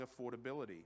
affordability